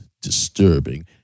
disturbing